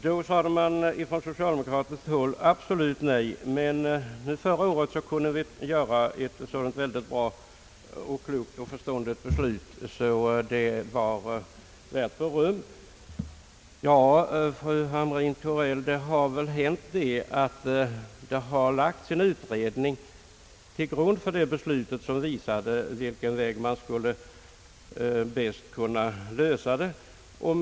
Då sade vi på socialdemokratiskt håll absolut nej, men förra året kunde alla här i riksdagen fatta ett så klokt och förståndigt beslut, att det var värt beröm. Ja, fru Hamrin-Thorell, här hade det nya hänt, att det hade lagts fram en utredning som låg till grund för beslutet; den visade på vilken väg man bäst skulle kunna lösa detta problem.